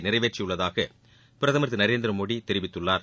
ஐனநாயக நினறேவேற்றியுள்ளதாக பிரதமர் திரு நரேந்திரமோடி தெரிவித்துள்ளார்